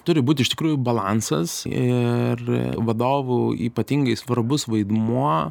turi būti iš tikrųjų balansas ir vadovų ypatingai svarbus vaidmuo